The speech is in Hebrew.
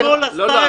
הקואליציה,